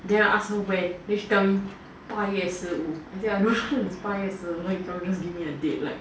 then I asked her when then she tell me 八月十五 then I was like I don't know when is 八月十五 O_M_G just give me a date like